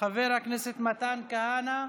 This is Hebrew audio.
חבר הכנסת מתן כהנא,